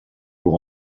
pour